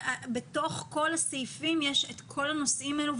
בתוך כל הסעיפים יש את כל הנושאים האלו.